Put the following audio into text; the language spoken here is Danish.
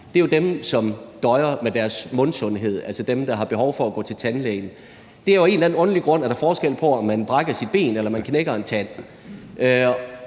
er jo dem, som døjer med deres mundsundhed, altså dem, der har behov for at gå til tandlægen; der er af en eller anden underlig grund forskel på, om man brækker et ben eller man knækker en tand.